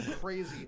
crazy